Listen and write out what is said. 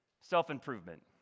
self-improvement